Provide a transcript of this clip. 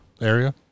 area